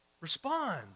Respond